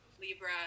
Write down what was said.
Libra